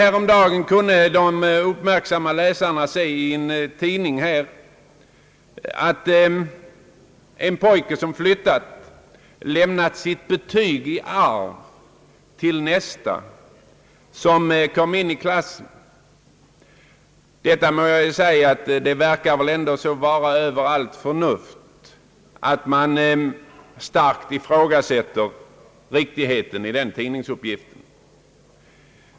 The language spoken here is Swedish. Häromdagen kunde uppmärksamma läsare se i en tidning att en pojke som flyttat lämnat sitt betyg »i arv» till nästa som kom in i klassen. Jag må säga att det ändå verkar vara så över allt förnuft att man starkt ifrågasätter riktigheten av den tidningsuppgiften.